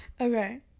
Okay